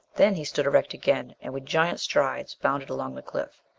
then he stood erect again, and with giant strides bounded along the cliff.